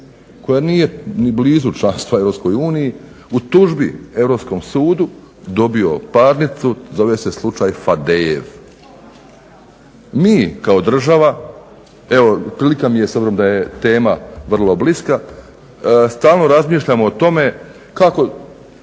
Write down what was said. koja nije ni blizu članstva Europskoj uniji u tužbi Europskom sudu dobio parnicu, zove se slučaj Fadejev. Mi kao država, evo prilika mi je s obzirom da je tema vrlo bliska, stalno razmišljamo o tome kako